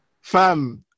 Fam